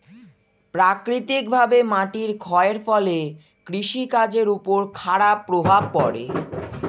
প্রাকৃতিকভাবে মাটির ক্ষয়ের ফলে কৃষি কাজের উপর খারাপ প্রভাব পড়ে